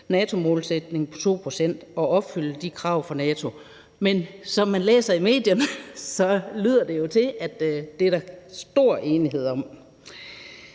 2-procentsmålsætning og opfylde de krav fra NATO. Men som man kan læse i medierne, lyder det jo til, at der er stor enighed om